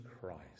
Christ